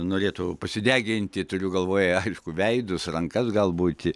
norėtų pasideginti turiu galvoje aišku veidus rankas galbūt